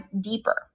deeper